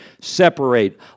separate